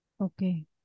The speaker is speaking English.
Okay